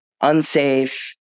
unsafe